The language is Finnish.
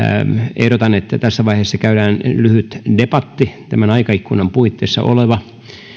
ehdotan että tässä vaiheessa käydään lyhyt debatti tämän aikaikkunan puitteissa oleva